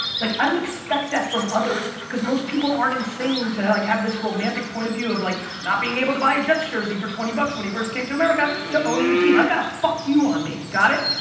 like i don't expect that from others, because most people aren't insane to like have this romantic point of view of like not being able to buy a jets jersey for twenty bucks when he first came to america, to owning the team. i've got a fuck you, on me, got it?